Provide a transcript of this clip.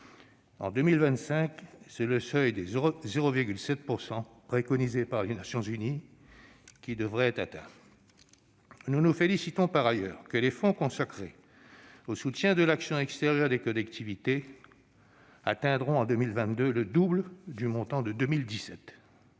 En 2025, c'est le seuil de 0,7 %, préconisé par les Nations unies, qui devrait être atteint. Nous nous félicitons en outre de ce que les fonds consacrés au soutien de l'action extérieure des collectivités atteindront en 2022 le double du montant de 2017.